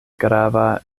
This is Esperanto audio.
grava